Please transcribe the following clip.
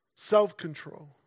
Self-control